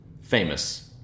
famous